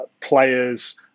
players